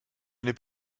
n’est